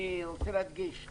אני רוצה להדגיש.